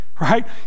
right